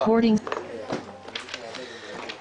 הישיבה